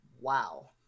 Wow